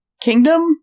kingdom